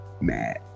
mad